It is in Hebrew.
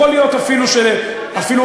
יכול להיות אפילו שעבורך.